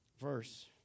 Verse